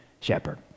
shepherd